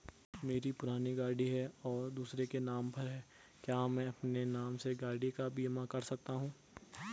मेरी पुरानी गाड़ी है और दूसरे के नाम पर है क्या मैं अपने नाम से गाड़ी का बीमा कर सकता हूँ?